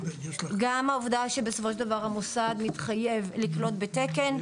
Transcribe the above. גם העובדה שבסופו של דבר המוסד מתחייב לקלוט בתקן,